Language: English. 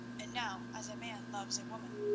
and now as a man loves a woman.